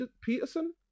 Peterson